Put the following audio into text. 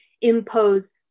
impose